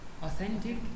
authentic